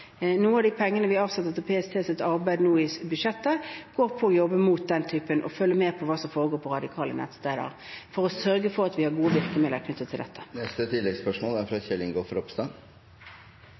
Noe av de pengene vi avsetter til PSTs arbeid nå i budsjettet, går til å jobbe mot den typen utvikling og følge med på hva som skjer på radikale nettsteder, for å sørge for at vi har gode virkemidler knyttet til dette.